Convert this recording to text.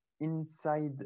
inside